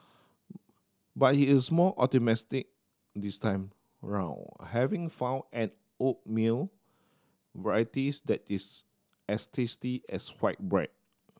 but he is more optimistic this time round having found an oatmeal varieties that is as tasty as white bread